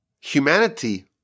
Humanity